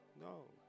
No